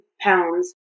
pounds